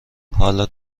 حالا